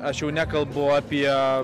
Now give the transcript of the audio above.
aš jau nekalbu apie